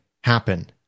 happen